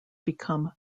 become